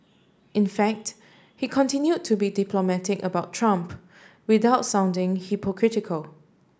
in fact he continued to be diplomatic about Trump without sounding hypocritical